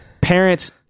parents